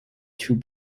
two